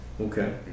Okay